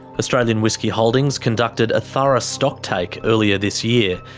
australian whisky holdings conducted a thorough stocktake earlier this year.